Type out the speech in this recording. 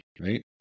right